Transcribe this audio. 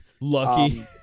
Lucky